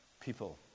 people